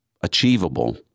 achievable